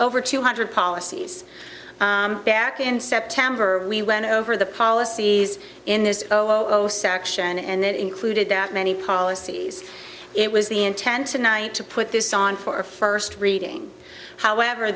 over two hundred policies back in september we went over the policies in this o o section and that included that many policies it was the intent tonight to put this on for first reading however